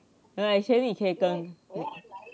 you know actually 你可以跟